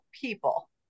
people